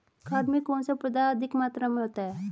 खाद में कौन सा पदार्थ अधिक मात्रा में होता है?